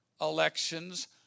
elections